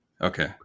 Okay